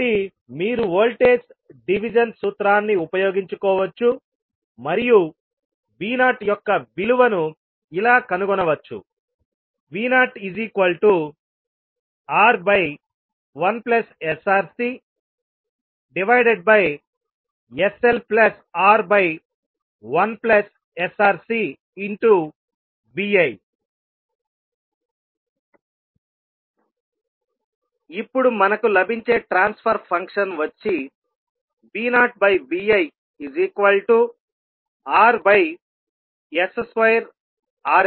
కాబట్టి మీరు voltage division సూత్రాన్ని ఉపయోగించుకోవచ్చు మరియు V0 యొక్క విలువను ఇలా కనుగొనవచ్చు V0R1sRCsLR1sRCVi ఇప్పుడు మనకు లభించే ట్రాన్స్ఫర్ ఫంక్షన్ వచ్చి V0ViRs2RLCsLR1LCs2sRC1LC